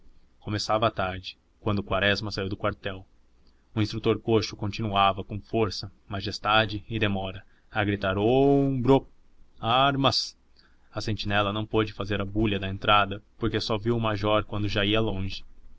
começava a tarde quando quaresma saiu do quartel o instrutor coxo continuava com força majestade e demora a gritar om brôôô armas a sentinela não pôde fazer a bulha da entrada porque só viu o major quando já ia longe